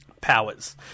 powers